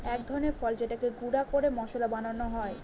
এক ধরনের ফল যেটাকে গুঁড়া করে মশলা বানানো হয়